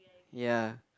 ya